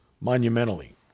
monumentally